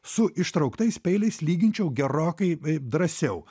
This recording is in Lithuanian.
su ištrauktais peiliais lyginčiau gerokai drąsiau